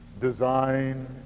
design